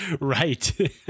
Right